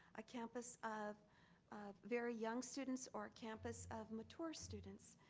a campus of of very young students or campus of mature students.